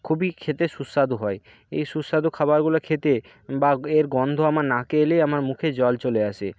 খুবই খেতে সুস্বাদু হয় এই সুস্বাদু খাবারগুলো খেতে বা এর গন্ধ আমার নাকে এলেই আমার মুখে জল চলে আসে